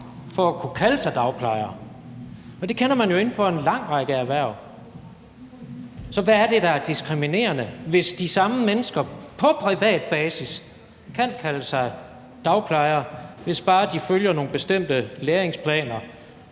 for at kunne kalde sig dagplejere. Det kender man jo inden for en lang række erhverv. Så hvad er det, der er diskriminerende, hvis de samme mennesker på privat basis kan kalde sig dagplejere, hvis bare de følger nogle bestemte læringsplaner